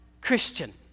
Christian